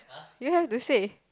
you have to say